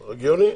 הגיוני.